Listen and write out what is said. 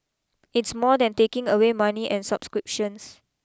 it's more than taking away money and subscriptions